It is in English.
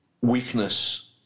weakness